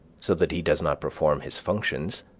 so that he does not perform his functions,